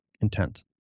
intent